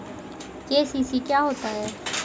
KCC क्या होता है?